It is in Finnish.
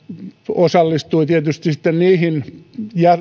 osallistui tietysti sitten niihin